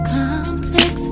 complex